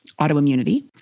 autoimmunity